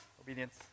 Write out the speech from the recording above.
Obedience